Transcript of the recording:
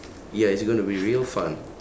ya it's gonna be real fun